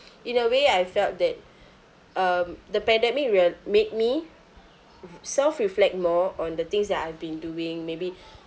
in a way I felt that um the pandemic will make me self reflect more on the things that I've been doing maybe